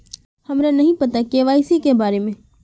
हमरा नहीं पता के.वाई.सी के बारे में?